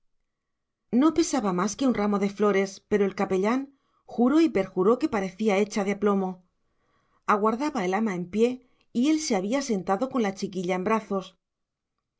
no pesaba más que un ramo de flores pero el capellán juró y perjuró que parecía hecha de plomo aguardaba el ama en pie y él se había sentado con la chiquilla en brazos